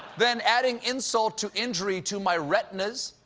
then, adding insult to injury to my retinas,